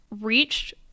reached